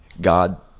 God